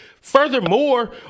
Furthermore